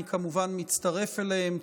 אני כמובן מצטרף אליהם.